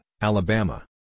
Alabama